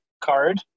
card